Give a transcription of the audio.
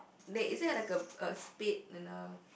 they isn't like a a spade and a